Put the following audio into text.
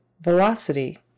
Velocity